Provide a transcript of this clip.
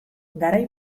garai